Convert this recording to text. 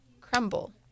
crumble